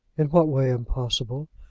in what way impossible?